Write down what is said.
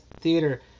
theater